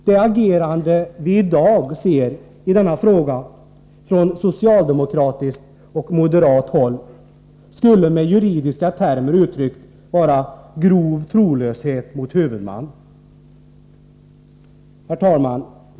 Det agerande vi i dag ser i denna fråga från socialdemokratiskt och moderat håll skulle med juridiska termer uttryckt vara grov trolöshet mot huvudman. Herr talman!